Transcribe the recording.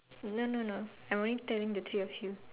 no no no I'm only telling the three of you